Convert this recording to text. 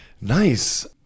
Nice